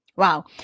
Wow